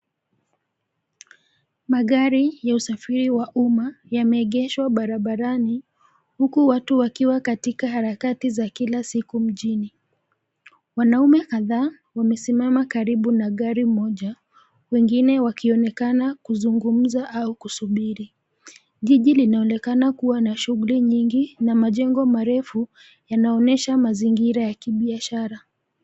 Magari ya usafiri wa umma, yameegeshwa barabarani, huku watu wakiwa katika harakati za kila siku mjini. Wanaume kadhaa, wamesimama karibu na gari moja, wengine wakionekana kuzungumza au kusubiri. Jiji linaonekana kuwa na shughuli nyingi na majengo marefu, yanaonyesha mazingira ya kibiashara.